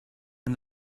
and